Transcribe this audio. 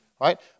Right